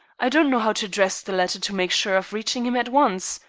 i don't know how to address the letter to make sure of reaching him at once,